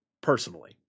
personally